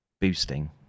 boosting